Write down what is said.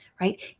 right